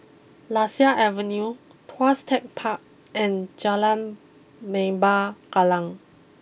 Lasia Avenue Tuas Tech Park and Jalan Lembah Kallang